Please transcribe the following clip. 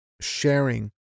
sharing